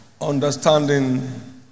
Understanding